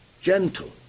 gentle